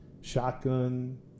Shotgun